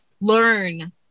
learn